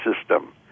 system